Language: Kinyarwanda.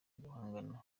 guhangana